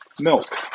milk